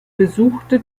besuchte